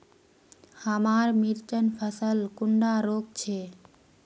हमार मिर्चन फसल कुंडा रोग छै?